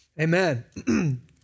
Amen